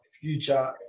future